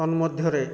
ତନ୍ ମଧ୍ୟରେ